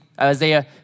Isaiah